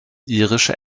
irische